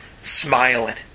smiling